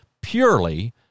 purely